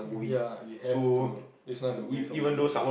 ya you have to if not it's a waste of money like that